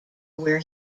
where